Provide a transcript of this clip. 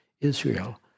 Israel